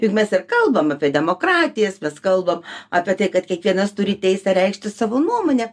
juk mes ir kalbam apie demokratijas mes kalbam apie tai kad kiekvienas turi teisę reikšti savo nuomonę